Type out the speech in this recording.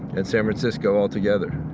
and san francisco altogether.